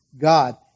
God